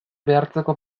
behartzeko